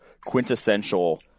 quintessential